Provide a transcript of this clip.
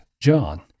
John